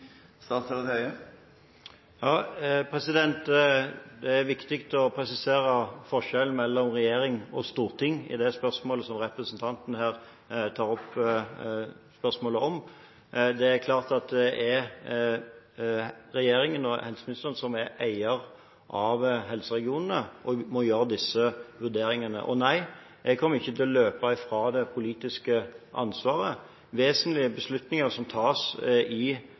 Det er viktig å presisere forskjellen mellom regjering og storting i det spørsmålet som representanten her tar opp. Det er klart at det er regjeringen og helseministeren som er eier av helseregionene og må gjøre disse vurderingene. Og nei, jeg kommer ikke til å løpe fra det politiske ansvaret. Vesentlige beslutninger som tas i